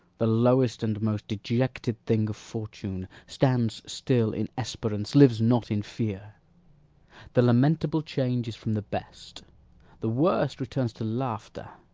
the lowest and most dejected thing of fortune, stands still in esperance, lives not in fear the lamentable change is from the best the worst returns to laughter.